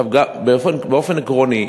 באופן עקרוני,